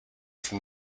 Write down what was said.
from